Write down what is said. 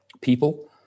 people